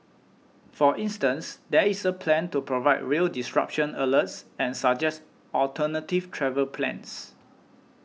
for instance there is a plan to provide rail disruption alerts and suggest alternative travel plans